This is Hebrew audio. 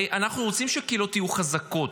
הרי אנחנו רוצים שהקהילות יהיו חזקות.